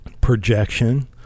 projection